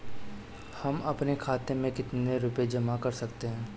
हम अपने खाते में कितनी रूपए जमा कर सकते हैं?